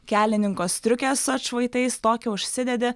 kelininko striukė su atšvaitais tokią užsidedi